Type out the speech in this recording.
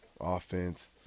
offense